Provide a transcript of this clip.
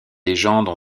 légendes